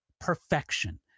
perfection